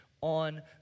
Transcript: on